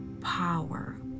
power